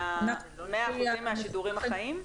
100% מהשידורים החיים?